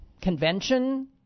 Convention